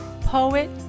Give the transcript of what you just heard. poet